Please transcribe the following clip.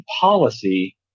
policy